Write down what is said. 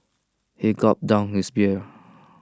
he gulped down his beer